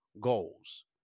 goals